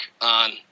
on